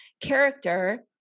character